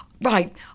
Right